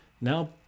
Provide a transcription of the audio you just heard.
now